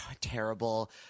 terrible